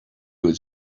would